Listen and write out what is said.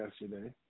yesterday